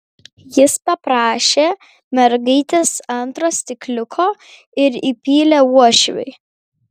jis paprašė mergaitės antro stikliuko ir įpylė uošviui